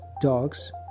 dogs